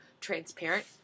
transparent